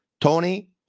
Tony